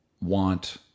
want